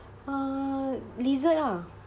uh lizard ah